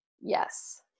Yes